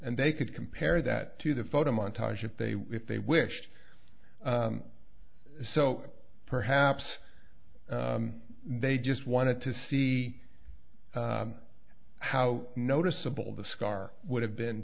and they could compare that to the photo montage if they if they wished so perhaps they just wanted to see how noticeable the scar would have been